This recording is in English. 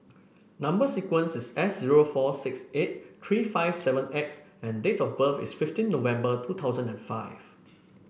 number sequence is S zero four six eight three five seven X and date of birth is fifteen November two thousand and five